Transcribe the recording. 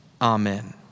Amen